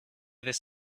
this